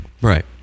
Right